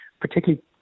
particularly